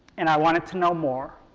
and i wanted to know more.